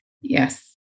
Yes